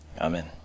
Amen